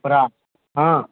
कपड़ा हँ